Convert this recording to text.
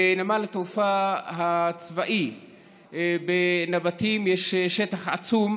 בנמל התעופה הצבאי בנבטים יש שטח עצום,